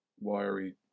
wiry